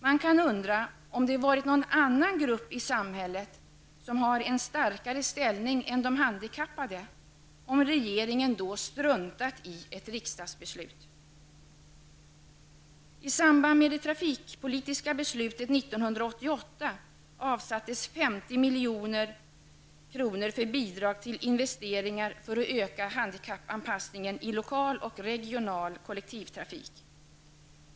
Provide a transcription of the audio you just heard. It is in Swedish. Man kan undra: Om det hade varit någon annan grupp i samhället med en starkare ställning än de handikappade, hade regeringen då kunnat strunta i ett riksdagsbeslut? avsattes 50 milj.kr. för bidrag till investeringar för att öka handikappanpassningen i lokal och regional kollektivtrafik.